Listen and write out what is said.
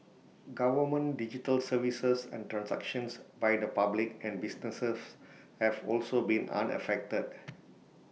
government digital services and transactions by the public and businesses have also been unaffected